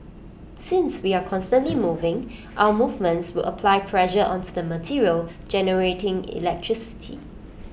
since we are constantly moving our movements would apply pressure onto the material generating electricity